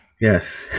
Yes